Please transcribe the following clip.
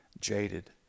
jaded